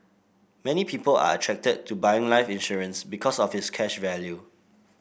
many people are attracted to buying life insurance because of its cash value